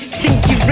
stinky